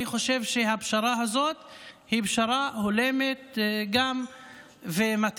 אני חושב שהפשרה הזאת היא פשרה הולמת, וגם מתאימה.